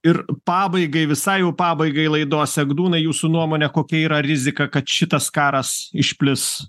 ir pabaigai visai jau pabaigai laidos egdūnai jūsų nuomone kokia yra rizika kad šitas karas išplis